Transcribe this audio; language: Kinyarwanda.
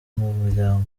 muryango